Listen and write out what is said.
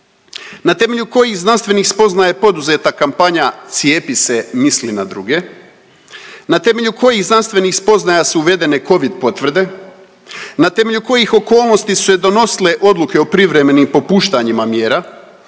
Na temelju kojih znanstvenih spoznaja je poduzeta kampanja cijepi se, misli na druge? Na temelju kojih znanstvenih spoznaja su uvedene Covid potvrde? Na temelju kojih okolnosti su se donosile odluke o privremenim popuštanjima mjera?